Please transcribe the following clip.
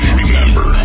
remember